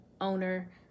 owner